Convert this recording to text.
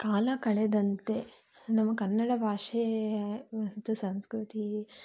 ಕಾಲ ಕಳೆದಂತೆ ನಮ್ಮ ಕನ್ನಡ ಭಾಷೆ ಮತ್ತು ಸಂಸ್ಕೃತಿ